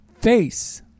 face